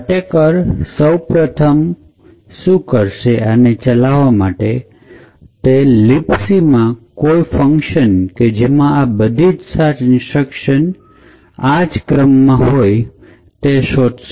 અટેકરે સૌથી પ્રથમ તો કરવું પડશે આને ચલાવવા માટે એ છે કે તેને libc માં કોઈ function કે જેમાં આ બધી જ 7 ઇન્સ્ટ્રકશન આ જ ક્રમ માં હોય તે શોધવું પડશે